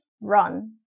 run